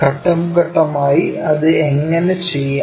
ഘട്ടം ഘട്ടമായി അത് എങ്ങനെ ചെയ്യാം